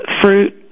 fruit